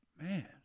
Man